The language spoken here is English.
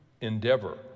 endeavor